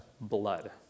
blood